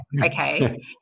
okay